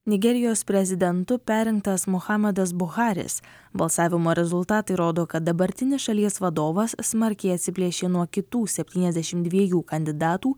nigerijos prezidentu perrinktas muhamedas buharis balsavimo rezultatai rodo kad dabartinis šalies vadovas smarkiai atsiplėšė nuo kitų septyniasdešimt dviejų kandidatų